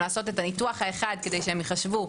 לעשות את הניתוח האחד כדי שהם ייחשבו,